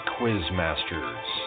Quizmasters